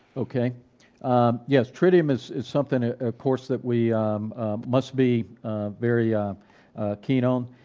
okay yes, tritium is is something of course that we must be very um keen on.